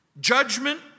Judgment